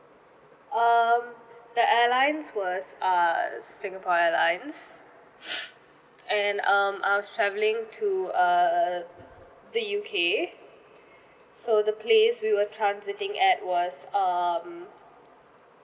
um the airlines was uh singapore airlines and um I was travelling to err the U_K so the place we were transiting at was um